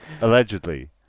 Allegedly